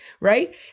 right